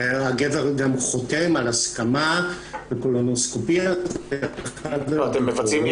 הגבר גם חותם על הסכמה לקולונוסקופיה --- שהן נערכות.